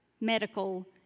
medical